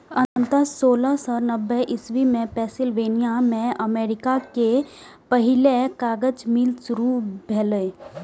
अंततः सोलह सय नब्बे इस्वी मे पेंसिलवेनिया मे अमेरिका के पहिल कागज मिल शुरू भेलै